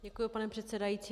Děkuji, pane předsedající.